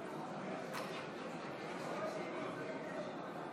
בטרם נעבור להצבעה